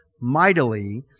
mightily